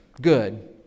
Good